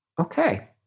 Okay